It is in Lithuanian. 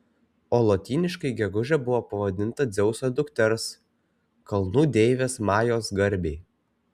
o lotyniškai gegužė buvo pavadinta dzeuso dukters kalnų deivės majos garbei